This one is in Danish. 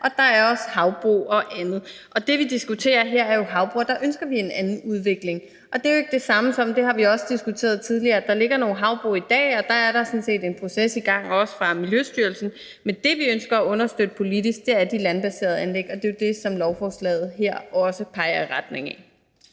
og der er også havbrug og andet. Det, vi diskuterer her, er jo havbrug, og der ønsker vi en anden udvikling. Det har vi også diskuteret tidligere. Altså, der ligger nogle havbrug i dag, og der er der sådan set en proces i gang også fra Miljøstyrelsen. Men det, vi ønsker at understøtte politisk, er de landbaserede anlæg, og det er jo det, som lovforslaget her også peger i retning af.